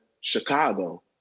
Chicago